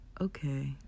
Okay